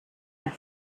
red